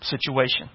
situation